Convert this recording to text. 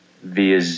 via